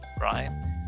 right